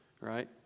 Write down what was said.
right